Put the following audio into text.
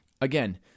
again